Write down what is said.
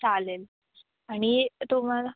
चालेल आणि तुम्हाला